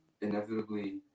inevitably